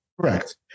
Correct